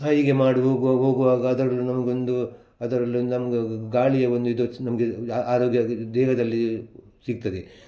ಹ ಹೀಗೆ ಮಾಡಿ ಹೋಗ್ವಾಗ ಹೋಗುವಾಗ ಅದರಲ್ಲು ನಮಗೊಂದು ಅದರಲ್ಲೊಂದು ನಮ್ಮ ಗಾಳಿಯ ಒಂದು ಇದು ನಮಗೆ ಆರೋಗ್ಯ ದೇಹದಲ್ಲಿ ಸಿಗ್ತದೆ